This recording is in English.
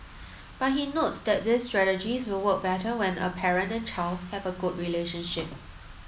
but he notes that these strategies will work better when a parent and child have a good relationship